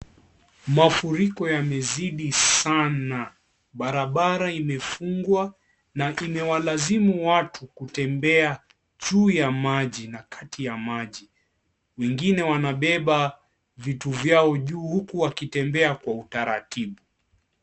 Mafuriko yamezidi sana. Barabara imefungwa na imewalazimu watu kutembea juu ya maji na kati ya maji. Wengine wanabeba vitu vyao juu huku wakitembea kwa utaratibu.